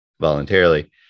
voluntarily